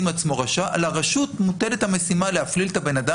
עצמו רשע ועל הרשות מוטלת המשימה להפליל את הבן אדם.